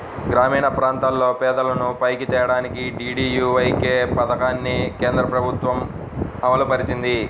గ్రామీణప్రాంతాల్లో పేదలను పైకి తేడానికి డీడీయూఏవై పథకాన్ని కేంద్రప్రభుత్వం అమలుపరిచింది